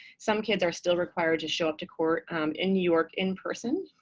some kids are still required to show up to court in new york in person.